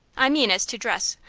i mean as to dress.